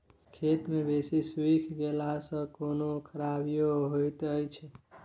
खेत मे बेसी सुइख गेला सॅ कोनो खराबीयो होयत अछि?